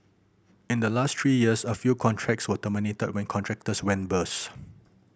in the last three years a few contracts were terminated when contractors went bust